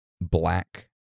Black